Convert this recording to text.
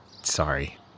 Sorry